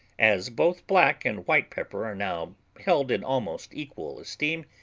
as both black and white pepper are now held in almost equal esteem,